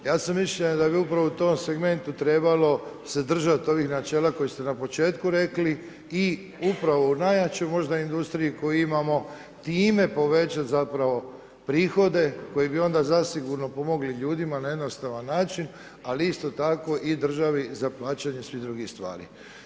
Ja sam mišljenja da bi upravo u tom segmentu trebalo se držati ovih načela koje ste na početku rekli i upravo u najjačoj možda industriji koju imamo, time povećati zapravo prihode koji bi onda zasigurno pomogli ljudima na jednostavan način ali isto tako i državi za plaćanje svih drugih stvari.